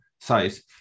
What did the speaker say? size